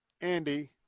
Andy